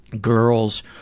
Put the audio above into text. girls